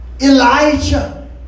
Elijah